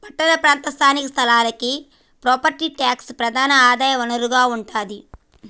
పట్టణ ప్రాంత స్థానిక సంస్థలకి ప్రాపర్టీ ట్యాక్సే ప్రధాన ఆదాయ వనరుగా ఉంటాది